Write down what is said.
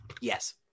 Yes